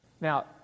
Now